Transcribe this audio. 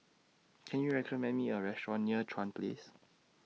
Can YOU recommend Me A Restaurant near Chuan Place